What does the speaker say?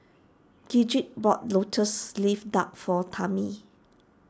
Gidget bought Lotus Leaf Duck for Tammi